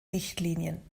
richtlinien